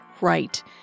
Right